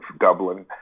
Dublin